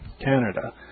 Canada